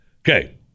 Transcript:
Okay